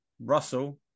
Russell